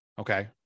Okay